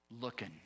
looking